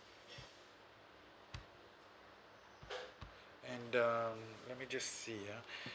and um let me just see ya